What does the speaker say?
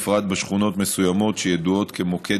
ובפרט בשכונות מסוימות שידועות כמוקד